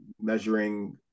measuring